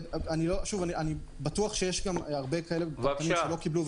אני בטוח שיש כאלה שלא קיבלו,